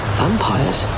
vampires